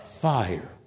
fire